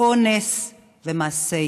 אנחנו ממשיכים לפעול עד שנראה תוצאה בשטח, ותוצאה